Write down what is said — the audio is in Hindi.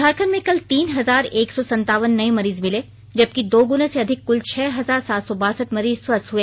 झारखंड में कल तीन हजार एक सौ सनतावन नए मरीज मिले जबकि दोगुने से अधिक क्ल छह हजार सात सौ बासठ मरीज स्वस्थ हए